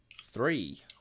Three